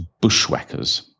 Bushwhackers